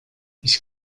ich